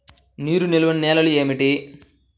నీరు నిలువని నేలలు ఏమిటి?